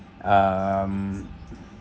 um